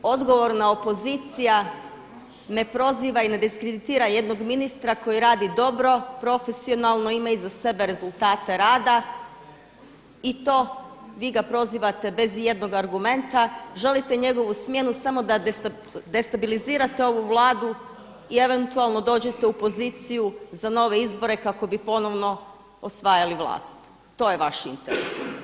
Odgovorna opozicija ne proziva i ne diskreditira jednog ministra koji radi dobro, profesionalno i ima iza sebe rezultate rada i to vi ga prozivate bez ijednog argumenta, želite njegovu smjenu samo da destabilizirate ovu Vladu i eventualno dođete u za poziciju za nove izbore kako bi ponovno osvajali vlast, to je vaš interes.